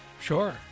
sure